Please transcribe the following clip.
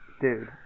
Dude